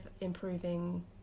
improving